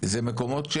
אלה מקומות,